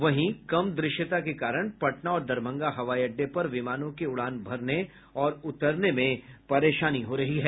वहीं कम दृश्यता के कारण पटना और दरभंगा हवाई अड्डे पर विमानों के उड़ान भरने और उतरने में परेशानी हो रही है